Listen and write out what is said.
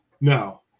No